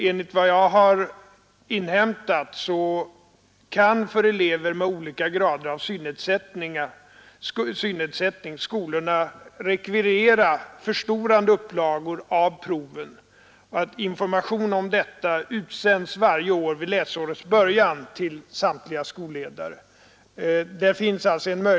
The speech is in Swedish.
Enligt vad jag inhämtat kan också skolorna för elever med olika grader av synnedsättning rekvirera förstorade upplagor av provet. Information om detta utsänds varje år vid läsårets början till samtliga skolledare.